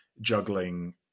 juggling